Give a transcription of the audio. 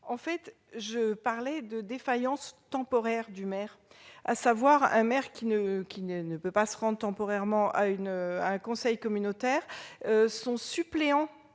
Il concerne une défaillance temporaire du maire : si un maire ne peut pas se rendre temporairement à un conseil communautaire, son suppléant